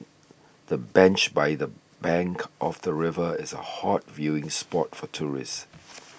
the bench by the bank of the river is a hot viewing spot for tourists